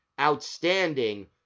outstanding